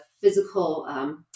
physical